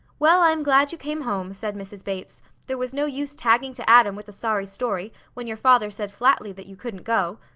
well, i am glad you came home, said mrs. bates. there was no use tagging to adam with a sorry story, when your father said flatly that you couldn't go.